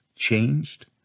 changed